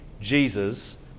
Jesus